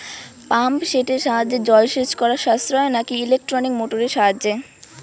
Pump সেটের সাহায্যে জলসেচ করা সাশ্রয় নাকি ইলেকট্রনিক মোটরের সাহায্যে?